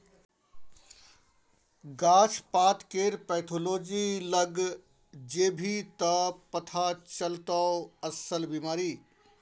गाछ पातकेर पैथोलॉजी लग जेभी त पथा चलतौ अस्सल बिमारी